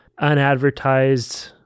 unadvertised